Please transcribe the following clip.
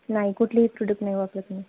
नाही कुठलीही प्रोडक्ट नाही वापरत मी